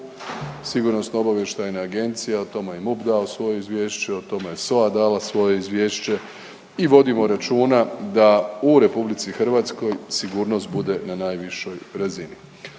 službe sve budne. MUP, SOA, o tome je i MUP dao svoje izvješće, o tome je SOA dala svoje izvješće i vodimo računa da u RH sigurnost bude na najvišoj razini.